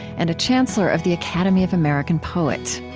and a chancellor of the academy of american poets.